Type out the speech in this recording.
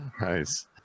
Nice